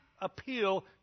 appeal